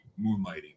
Moonlighting